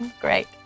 Great